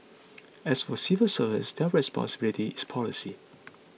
as for civil servants their responsibility is policy